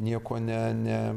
niekuo ne ne